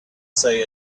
say